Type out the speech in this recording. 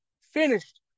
finished